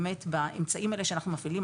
באמצעים האלה שאנחנו מפעילים,